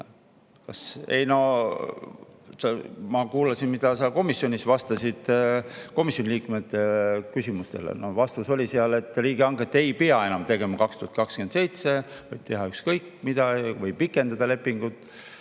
ma kuulasin, mida sa komisjonis vastasid komisjoni liikmete küsimustele, ja vastus oli seal, et riigihanget ei pea enam tegema 2027, võib teha ükskõik mida või pikendada lepingut.